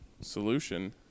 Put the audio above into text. solution